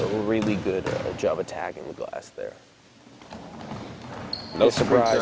really good job attack no surprise